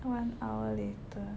one hour later